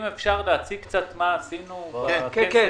אם אפשר להציג קצת מה עשינו בכסף.